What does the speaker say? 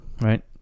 right